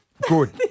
Good